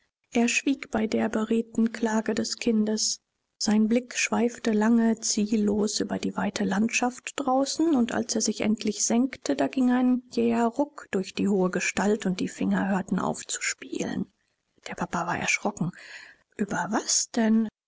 er schwieg bei der beredten klage des kindes sein blick schweifte lange ziellos über die weite landschaft draußen und als er sich endlich senkte da ging ein jäher ruck durch die hohe gestalt und die finger hörten auf zu spielen der papa war erschrocken über was denn